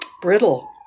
brittle